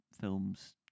films